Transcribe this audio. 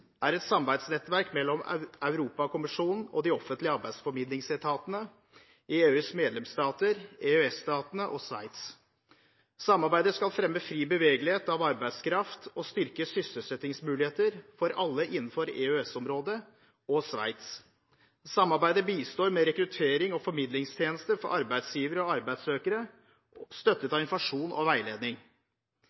er et samarbeidsnettverk mellom Europakommisjonen og de offentlige arbeidsformidlingsetatene i EUs medlemsstater, EØS-statene og Sveits. Samarbeidet skal fremme fri bevegelse av arbeidskraft og styrke sysselsettingsmuligheter for alle innenfor EØS-området og Sveits. Samarbeidet bistår med rekrutterings- og formidlingstjenester for arbeidsgivere og arbeidssøkere, støttet av informasjon og veiledning.